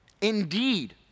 Indeed